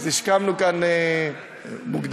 השכמנו כאן מוקדם.